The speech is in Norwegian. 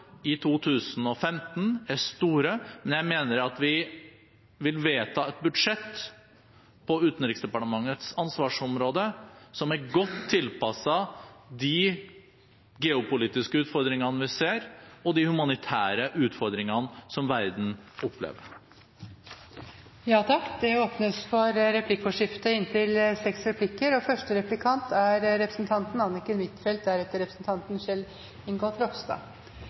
i 2015, er store, men jeg mener at vi vil vedta et budsjett på Utenriksdepartementets ansvarsområde som er godt tilpasset de geopolitiske utfordringene vi ser, og de humanitære utfordringene som verden opplever. Det blir replikkordskifte. Jeg vil takke utenriksministeren for et godt og perspektivrikt innlegg. Utenriksministeren sier at norsk utenrikspolitikk ligger fast. Mitt spørsmål er